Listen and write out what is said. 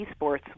esports